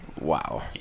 Wow